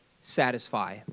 satisfy